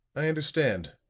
i understand.